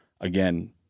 again